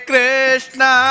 Krishna